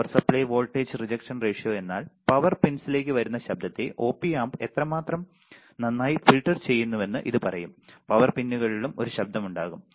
power supply voltage rejection ratio എന്നാൽ power പിൻസിലേക്ക് വരുന്ന ശബ്ദത്തെ ഒപി ആംപ് എത്രമാത്രം നന്നായി ഫിൽട്ടർ ചെയ്യുന്നുവെന്ന് ഇത് പറയും പവർ പിന്നുകളിലും ഒരു ശബ്ദമുണ്ടാകും